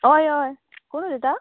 ऑय ऑय कोण उलयता